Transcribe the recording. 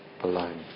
Alone